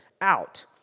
out